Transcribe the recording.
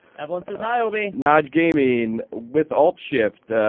evelyn says, hi, obie. najgaming, withaltshift,